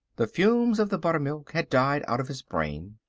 the fumes of the buttermilk had died out of his brain.